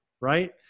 right